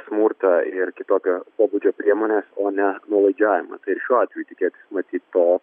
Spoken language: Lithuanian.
smurtą ir kitokio pobūdžio priemones o ne nuolaidžiavimą tai ir šiuo atveju tikėti matyt po